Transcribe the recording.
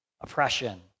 oppression